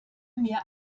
mir